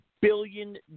billion